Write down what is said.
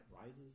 rises